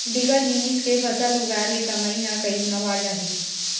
बिकट जिनिस के फसल उगाय ले कमई ह कइ गुना बाड़ जाही